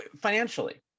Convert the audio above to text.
financially